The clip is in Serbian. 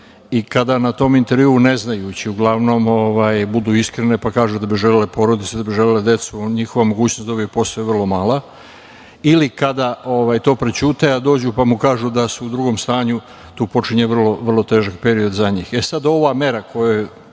i kada na tom intervjuu neznajući uglavnom budu iskrene pa kažu da bi želele porodicu, da bi želele decu, njihova mogućnost da dobiju posao je vrlo mala ili kada to prećute, a dođu pa mu kažu da su u drugom stanju, tu počinje vrlo težak period za njih.E,